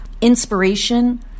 inspiration